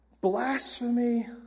blasphemy